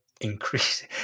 increase